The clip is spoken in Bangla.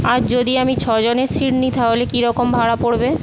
আর যদি আমি ছজনের সিট নিই তাহলে কি রকম ভাড়া পড়বে